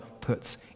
puts